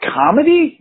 comedy